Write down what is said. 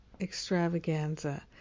extravaganza